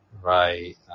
right